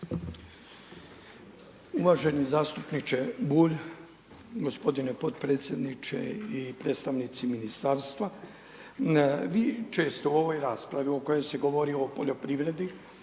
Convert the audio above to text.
Uvaženi zastupniče Bulj, gospodine potpredsjedniče i predstavnici ministarstva. Vi često u ovoj raspravi o kojoj se govor o poljoprivredi